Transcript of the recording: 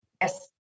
Yes